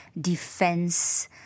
defense